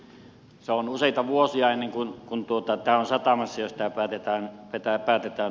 se on useita vuosia ennen kuin tämä on satamassa jos tämä päätetään lakkauttaa